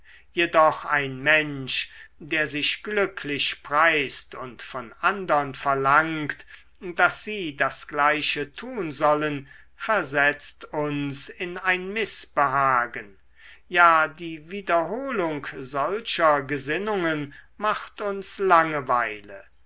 jedoch ein mensch der sich glücklich preist und von andern verlangt daß sie das gleiche tun sollen versetzt uns in ein mißbehagen ja die wiederholung solcher gesinnungen macht uns langeweile